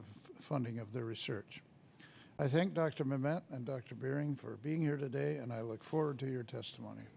of funding of their research i think dr matt and dr appearing for being here today and i look forward to your testimony